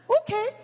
okay